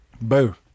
Boo